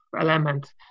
element